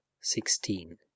sixteen